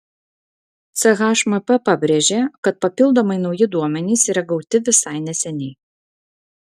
chmp pabrėžė kad papildomai nauji duomenys yra gauti visai neseniai